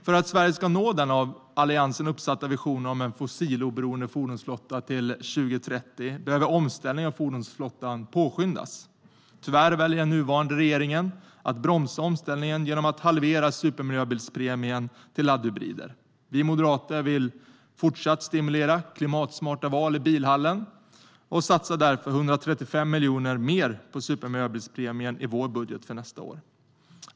För att Sverige ska nå den av Alliansen uppsatta visionen om en fossiloberoende fordonsflotta till 2030 behöver omställningen av fordonsflottan påskyndas. Tyvärr väljer den nuvarande regeringen att bromsa omställningen genom att halvera supermiljöbilspremien till laddhybrider. Vi moderater vill fortsätta att stimulera klimatsmarta val i bilhallen och satsar därför 135 miljoner mer på supermiljöbilspremien i vår budget för nästa år.